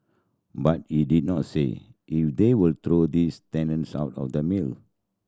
but he did not say if they will throw these tenants out of the mill